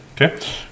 Okay